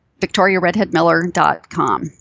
victoriaredheadmiller.com